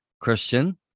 Christian